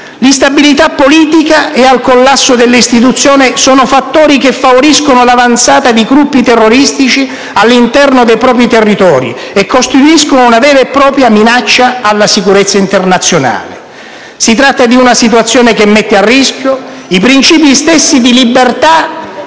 l'instabilità politica e il collasso delle istituzioni sono fattori che favoriscono l'avanzata di gruppi terroristici all'interno dei propri territori e costituiscono una vera e propria minaccia alla sicurezza internazionale. Si tratta di una situazione che mette a rischio i principi stessi di libertà